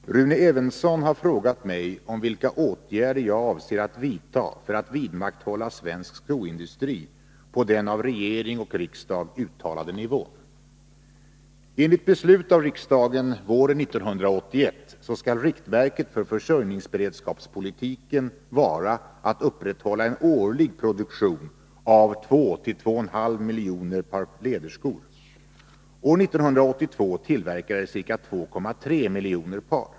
Herr talman! Rune Evensson har frågat mig om vilka åtgärder jag avser att vidta för att vidmakthålla svensk skoindustri på den av regering och riksdag uttalade nivån. Enligt beslut av riksdagen våren 1981 skall riktmärket för försörjningsberedskapspolitiken vara att upprätthålla en årlig produktion av 2-2,5 miljoner par läderskor. År 1982 tillverkades ca 2,3 miljoner par.